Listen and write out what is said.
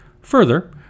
Further